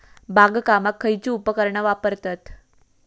बागकामाक खयची उपकरणा वापरतत?